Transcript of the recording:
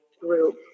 group